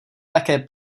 také